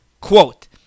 quote